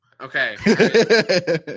Okay